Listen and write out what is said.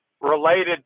related